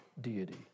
deity